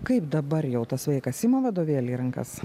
kaip dabar jau tas vaikas ima vadovėlį į rankas